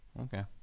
okay